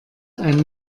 ein